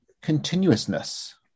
continuousness